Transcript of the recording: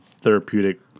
therapeutic